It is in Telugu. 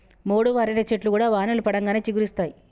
మోడువారిన చెట్లు కూడా వానలు పడంగానే చిగురిస్తయి